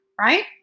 right